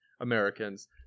Americans